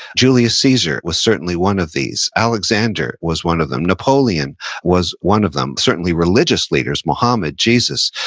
julius caesar was certainly one of these, alexander was one of them, napoleon was one of them. certainly, religious leaders, muhammad, jesus,